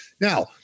Now